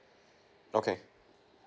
okay